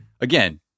again